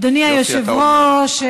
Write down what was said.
אדוני היושב-ראש,